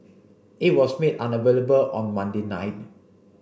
it was made unavailable on Monday night